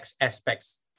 aspects